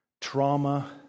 trauma